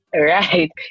right